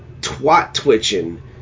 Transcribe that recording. twat-twitching